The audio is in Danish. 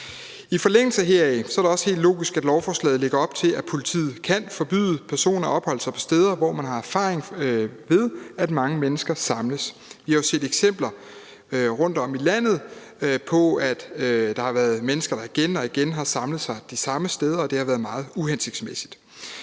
I forlængelse heraf er det også logisk, at lovforslaget lægger op til, at politiet kan forbyde personer at opholde sig på steder, hvor man har erfaring med, at mange mennesker samles. Vi har jo set eksempler rundtom i landet på, at der har været mennesker, der igen og igen har samlet sig de samme steder, og det har været meget uhensigtsmæssigt.